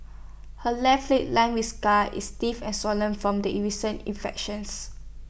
her left leg lined with scars is stiff and swollen from the recent infections